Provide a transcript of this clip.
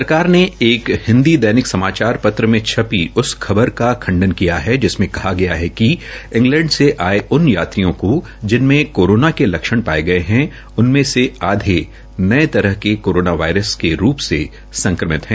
सरकार ने एक हिन्दी दैनिक समाचार पत्र में छपी उस खबर का खंडन किया है कि जिसमें कहा गया है कि इंग्लैंड से आये उन यात्रियों को जिनमें कोरोना के लक्षण पाये गये है उनमे से आधे नये तरह के कोरोना वायरस के रूप में संक्रमित है